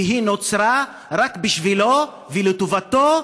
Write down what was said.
והיא נוצרה רק בשבילם ולטובתם,